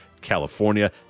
California